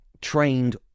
trained